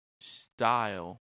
style